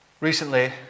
Recently